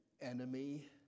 enemy